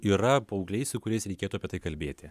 yra paaugliai su kuriais reikėtų apie tai kalbėti